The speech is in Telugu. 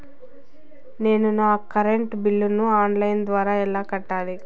నేను నా కరెంటు బిల్లును ఆన్ లైను ద్వారా ఎలా కట్టాలి?